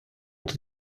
тут